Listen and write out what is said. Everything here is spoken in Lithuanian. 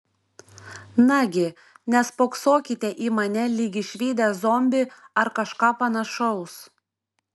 nagi nespoksokite į mane lyg išvydę zombį ar kažką panašaus